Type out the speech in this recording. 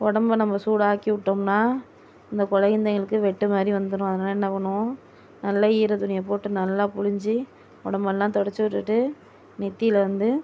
உடம்ப நம்ம சூடாக்கிவிட்டோம்னால் இந்த குழந்தைங்களுக்கு வெட்டு மாதிரி வந்துடும் அதனால் என்ன பண்ணுவோம் நல்ல ஈரத்துணியை போட்டு நல்ல பிழிஞ்சி உடம்பெல்லாம் துடச்சுட்டுட்டு நெற்றில வந்து